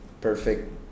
perfect